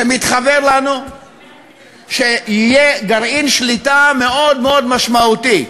ומתחוור לנו שיהיה גרעין שליטה מאוד מאוד משמעותי.